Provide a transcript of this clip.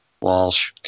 Walsh